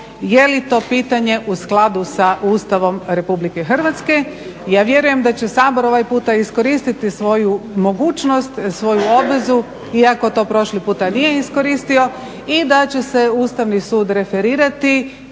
jeli to pitanje u skladu sa Ustavom RH. Ja vjerujem da će Sabor ovaj puta iskoristiti svoju mogućnost, svoju obvezu iako to prošli puta nije iskoristio i da će se Ustavni sud referirati.